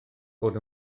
fod